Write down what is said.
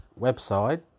website